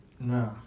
No